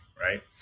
Right